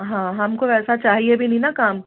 हाँ हमको ऐसा चाहिए भी नहीं ना काम